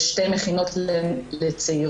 יש שתי מכינות לצעירות.